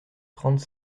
trente